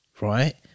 right